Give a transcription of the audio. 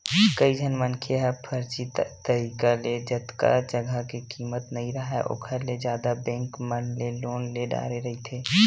कइझन मनखे ह फरजी तरिका ले जतका जघा के कीमत नइ राहय ओखर ले जादा बेंक मन ले लोन ले डारे रहिथे